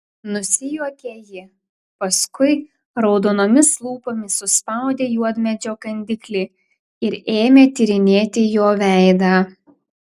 nusijuokė ji paskui raudonomis lūpomis suspaudė juodmedžio kandiklį ir ėmė tyrinėti jo veidą